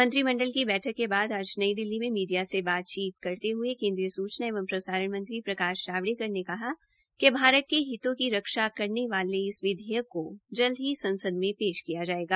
मंत्रिमंडल की बैठक के बाद आज नई दिल्ली में मीडिया से बातचीत करते हये केन्द्रीय सूचना एवं प्रसारण प्रकाश जावड़ेकर ने कहा कि भारत के हितो की रक्षा करने वाले इस विधेयक को जल्द ही संसद में पेश किया जायेगा